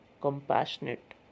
compassionate